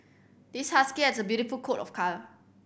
this husky has a beautiful coat of card